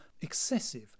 excessive